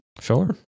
Sure